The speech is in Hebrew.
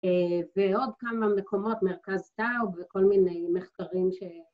‫ועוד כמה מקומות, מרכז טאו ‫וכל מיני מחקרים ש...